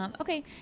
Okay